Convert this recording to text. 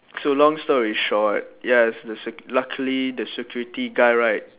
so long story short ya s~ s~ luckily the security guy right